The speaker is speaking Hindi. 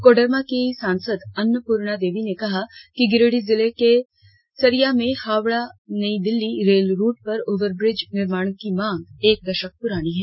कोडरमा की सांसद अन्नप्रर्णा देवी ने कहा कि गिरिडीह जिले के सरिया में हावड़ा नई दिल्ली रेल रुट पर ओवरब्रिज निर्माण की मांग एक दशक पुरानी है